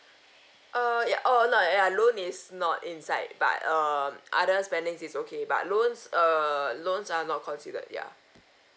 err ya oh no ya loan is not inside but um other spendings is okay but loans err loans are not considered ya